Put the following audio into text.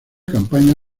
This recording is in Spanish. campaña